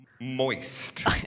Moist